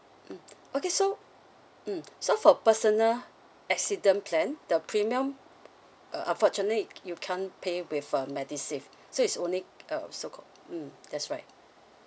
mm okay so mm so for personal accident plan the premium uh unfortunately you can't pay with a MediSave so it's only uh so called mm that's right